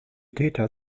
täter